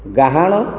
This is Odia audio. ଗାହାଣ